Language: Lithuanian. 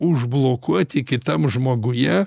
užblokuoti kitam žmoguje